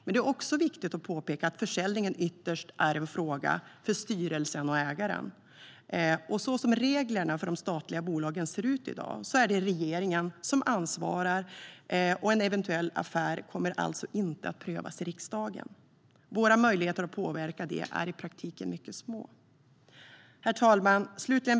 Det är dock viktigt att påpeka att försäljningen ytterst är en fråga för styrelsen och ägaren, och så som reglerna för de statliga bolagen ser ut är det regeringen som ansvarar. En eventuell affär kommer alltså inte att prövas i riksdagen. Våra möjligheter att påverka är i praktiken mycket små. Herr talman!